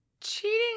cheating